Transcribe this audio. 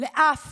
לאף